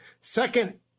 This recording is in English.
Second